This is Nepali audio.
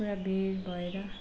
पुरा भिड भएर